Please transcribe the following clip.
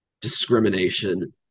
discrimination